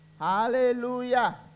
Hallelujah